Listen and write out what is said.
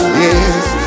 yes